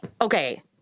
okay